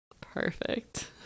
Perfect